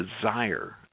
desire